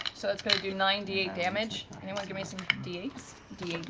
so it's going to do nine d eight damage anyone give me some d eight s? d